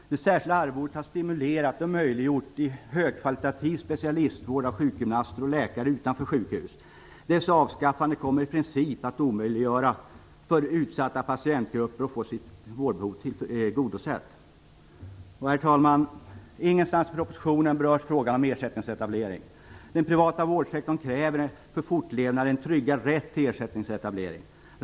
Det särskilda arvodet har stimulerat och möjliggjort högkvalitativ specialistvård av sjukgymnaster och läkare utanför sjukhus. Dess avskaffande kommer i princip att omöjliggöra för utsatta patientgrupper att få sitt vårdbehov tillgodosett. Herr talman! Ingenstans i propositionen berörs frågan om ersättningsetablering. Den privata vårdsektorn kräver för sin fortlevnad en tryggad rätt till ersättningsetablering.